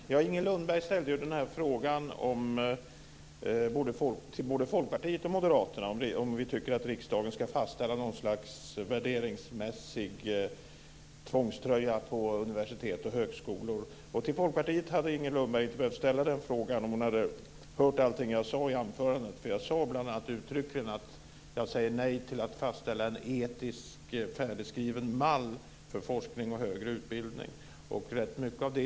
Fru talman! Inger Lundberg ställde frågan till både Folkpartiet och Moderaterna om vi tycker att riksdagen ska fastställa något slags värderingsmässig tvångströja på universitet och högskolor. Till Folkpartiet hade inte Inger Lundberg behövt ställa den frågan, om hon hade hört det som jag sade i mitt anförande. Jag sade uttryckligen bl.a. att jag säger nej till att fastställa en etisk färdigskriven mall för forskning och högre utbildning.